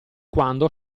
quando